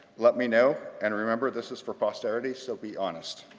let me know, and remember this is for posterity, so be honest.